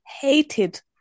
hated